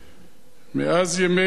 מאז ימי אברהם אבינו,